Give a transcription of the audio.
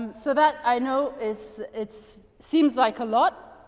um so that i know is it's seems like a lot,